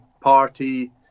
party